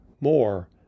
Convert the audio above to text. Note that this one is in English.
more